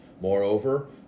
Moreover